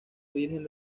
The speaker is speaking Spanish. virgen